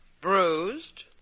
Bruised